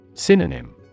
Synonym